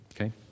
Okay